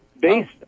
based